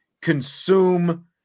consume